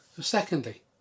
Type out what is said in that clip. Secondly